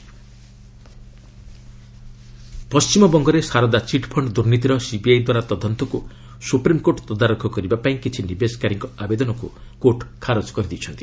SC chit fund ପଣ୍ଟିମବଙ୍ଗରେ Saradha chit fund ଦୁର୍ନୀତିର ସିବିଆଇଦ୍ୱାରା ତଦନ୍ତକୁ ସୁପ୍ରମ୍କୋର୍ଟ ତଦାରଖ କରିବାପାଇଁ କିଛି ନିବେଶକାରୀଙ୍କ ଆବେଦନକୁ କୋର୍ଟ ଖାରଜ କରିଦେଇଛନ୍ତି